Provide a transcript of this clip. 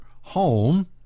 home